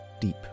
deep